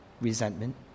Resentment